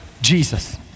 Jesus